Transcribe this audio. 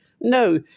No